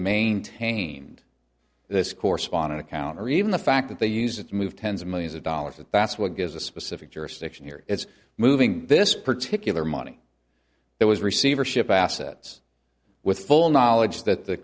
maintained this correspondent account or even the fact that they used it to move tens of millions of dollars that that's what gives a specific jurisdiction here it's moving this particular money there was receivership assets with full knowledge that the